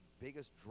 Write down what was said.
biggest